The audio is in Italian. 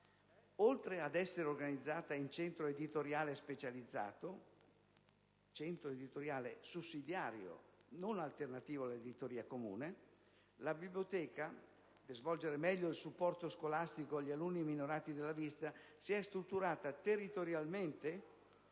Oltre ad essere organizzata in «centro editoriale» specializzato (sussidiario e non alternativo all'editoria comune), la biblioteca, per svolgere meglio il supporto scolastico agli alunni minorati della vista, si è strutturata territorialmente